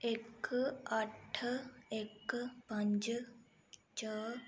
इक अट्ठ इक पंज च